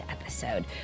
episode